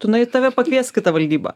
tu nuei tave pakvies kitą valdybą